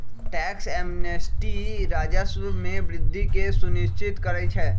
tax amnesty राजस्व में वृद्धि के सुनिश्चित करइ छै